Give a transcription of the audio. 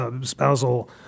spousal